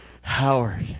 howard